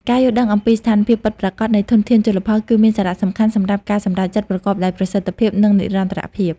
ការយល់ដឹងអំពីស្ថានភាពពិតប្រាកដនៃធនធានជលផល គឺមានសារៈសំខាន់សម្រាប់ការសម្រេចចិត្តប្រកបដោយប្រសិទ្ធភាព និងនិរន្តរភាព។